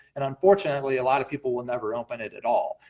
and unfortunately, a lot of people will never open it at all.